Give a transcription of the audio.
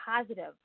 positive